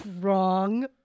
wrong